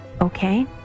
Okay